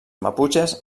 maputxes